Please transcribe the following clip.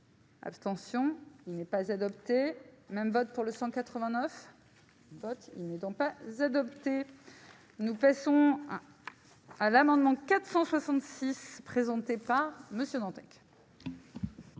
Abstention : il n'est pas adopté même vote pour le 189 votes, il ne doit pas adoptée nous fait son à l'amendement 466 présenté par Monsieur Dantec.